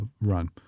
run